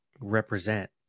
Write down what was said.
represent